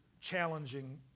challenging